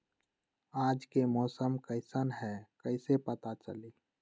आज के मौसम कईसन हैं कईसे पता चली?